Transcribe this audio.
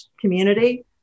community